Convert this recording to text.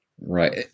Right